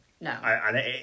No